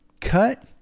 Cut